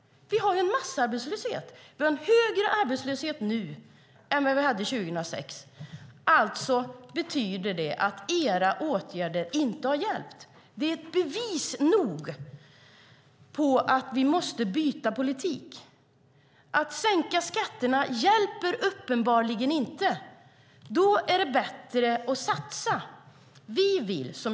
Vi har en massarbetslöshet. Vi har en högre arbetslöshet nu än vad vi hade 2006. Alltså betyder det att era åtgärder inte har hjälpt. Det är bevis nog på att vi måste byta politik. Att sänka skatterna hjälper uppenbarligen inte. Då är det bättre att satsa.